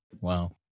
Wow